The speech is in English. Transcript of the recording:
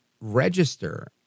register